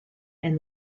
and